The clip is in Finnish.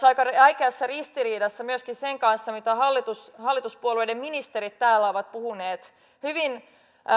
aika räikeässä ristiriidassa myöskin sen kanssa mitä hallituspuolueiden ministerit täällä ovat puhuneet hyvin